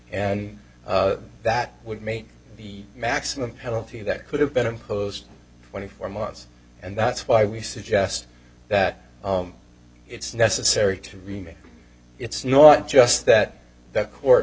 and that would mean the maximum penalty that could have been imposed twenty four months and that's why we suggest that it's necessary to remain it's not just that that court